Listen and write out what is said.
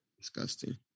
Disgusting